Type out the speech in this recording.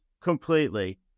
completely